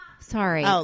Sorry